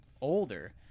older